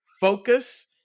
focus